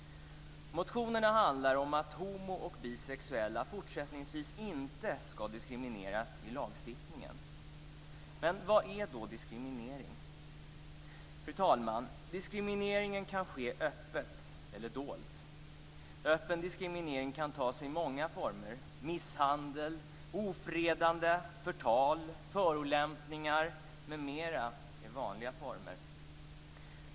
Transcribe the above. Motionerna handlar om att homo och bisexuella fortsättningsvis inte ska diskrimineras i lagstiftningen. Men vad är då diskriminering? Fru talman! Diskrimineringen kan ske öppet eller dolt. Öppen diskriminering kan ta sig många former. är vanliga former.